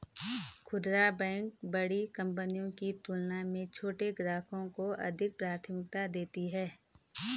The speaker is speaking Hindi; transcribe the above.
खूदरा बैंक बड़ी कंपनियों की तुलना में छोटे ग्राहकों को अधिक प्राथमिकता देती हैं